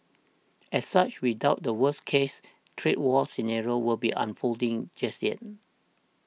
as such we doubt the worst case trade war scenario will be unfolding just yet